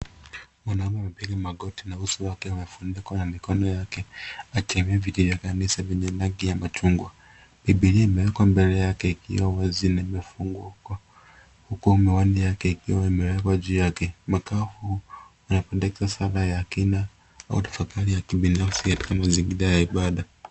Mwanamume amepiga magoti na uso wake ameufunika kwa mikono yake, akishikia cha kanisa chenye rangi ya machungwa. Bibilia imewekwa mbele yake ikiwa wazi na imefunguliwa, huku miwani yake ikiwa imewekwa juu yake. Makala huu unaonyesha ibada ya kina au tafakari ya kibinafsi katika mazingira ya ibada.